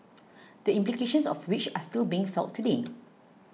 the implications of which are still being felt today